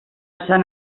sant